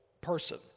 person